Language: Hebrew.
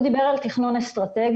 הוא דיבר על תכנון אסטרטגי,